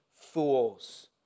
fools